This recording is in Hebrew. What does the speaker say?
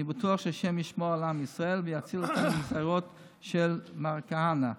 אני בטוח שהשם ישמור על עם ישראל ויציל אותנו מהגזרות של מר כהנא.